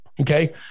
okay